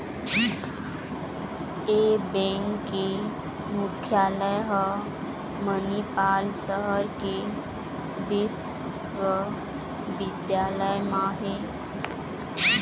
ए bank के मुख्यालय ह मनिपाल सहर के बिस्वबिद्यालय म हे